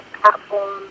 platform